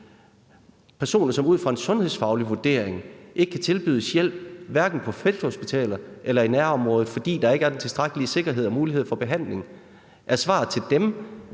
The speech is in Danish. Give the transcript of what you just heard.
personer, som ud fra en sundhedsfaglig vurdering ikke kan tilbydes hjælp hverken på felthospitaler eller i nærområdet, fordi der ikke er den tilstrækkelige sikkerhed og mulighed for behandling. Er svaret til dem,